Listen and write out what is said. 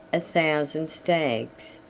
a thousand stags,